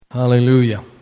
hallelujah